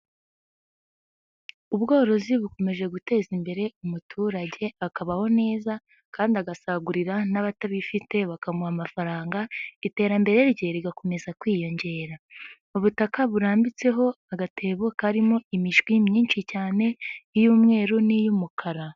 Ubworozi bukomeje guteza imbere umuturage akabaho neza kandi agasagurira n'abatabifite bakamuha amafaranga iterambere rye rigakomeza kwiyongera. Ubutaka burambitseho agatebo karimo imishwi myinshi cyane iy'umweru n'iy'umukara.